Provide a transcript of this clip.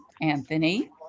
Anthony